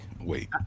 wait